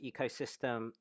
ecosystem